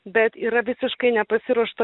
bet yra visiškai nepasiruošta